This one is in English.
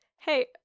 hey